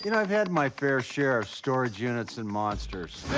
you know i've had my fair share of storage units and monsters.